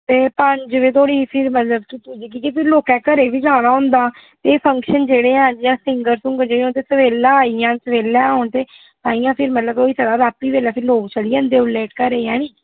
ते पंज बजे धोड़ी फ्ही मतलब जे जेह्के लोकें घरे ई बी जाना होंदा ते फंक्शन जेह्डे़ हैन जि'यां सिंगर सुंह्गर जेह्ड़े होंदे सबेल्ला आई जान सबेल्लै औन ते इ'यां फिर मतलब होई सकदा रातीं बेल्लै लोक फ्ही चली जंदे ओल्लै घरै ई ऐह्नी